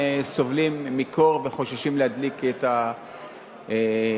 סובלים מקור וחוששים להדליק את החימום.